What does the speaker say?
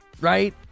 right